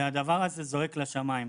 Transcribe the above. והדבר הזה זועק לשמים.